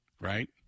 Right